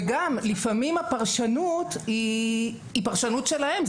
וגם, לפעמים הפרשנות היא פרשנות שלהם.